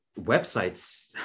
websites